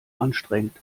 anstrengend